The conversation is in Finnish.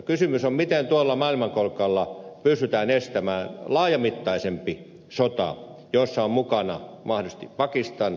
kysymys on miten tuolla maailmankolkalla pystytään estämään laajamittaisempi sota jossa on mukana mahdollisesti pakistan ja intia